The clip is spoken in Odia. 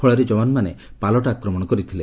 ଫଳରେ ଯବାନମାନେ ପାଲଟା ଆକ୍ରମଣ କରିଥିଲେ